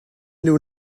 into